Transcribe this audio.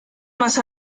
más